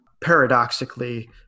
paradoxically